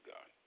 God